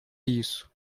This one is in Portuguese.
isso